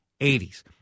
80s